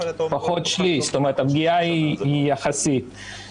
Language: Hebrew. פחות שליש, זאת אומרת הפגיעה היא יחסית,